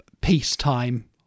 peacetime